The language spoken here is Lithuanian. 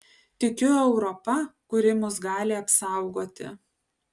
tikiu europa kuri mus gali apsaugoti